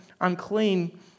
unclean